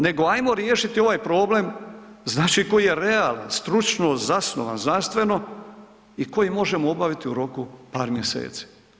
Nego hajmo riješiti ovaj problem, znači koji je realan, stručno zasnovan, znanstveno i koji možemo obaviti u roku par mjeseci.